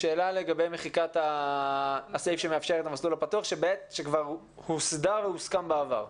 בשאלה לגבי מחיקת הסעיף שמאפשר את המסלול הפתוח שכבר הוסדר והוסכם בעבר.